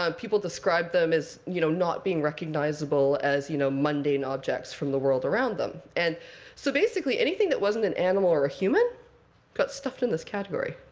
um people describe them as you know not being recognizable as you know mundane objects from the world around them. and so basically anything that wasn't an animal or a human got stuffed in this category.